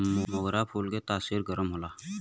मोगरा फूल के तासीर गरम होला